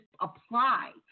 apply